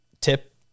tip